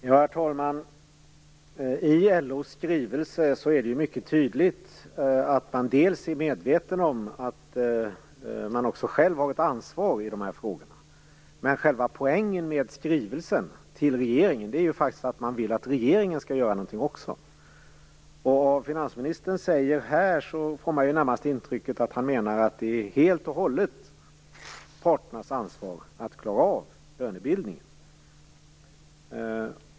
Herr talman! Av LO:s skrivelse framgår det mycket tydligt att man är medveten om att man själv har ett ansvar i dessa frågor. Men själva poängen med skrivelsen till regeringen är att man vill att också regeringen skall göra någonting. Av det som finansministern säger här får man närmast det intrycket att det helt och hållet är parternas ansvar att klara lönebildningen.